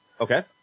Okay